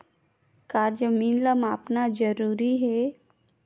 का जमीन ला मापना जरूरी हे?